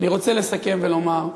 אני רוצה לסכם ולומר,